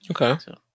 Okay